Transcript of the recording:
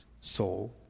soul